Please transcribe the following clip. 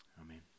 Amen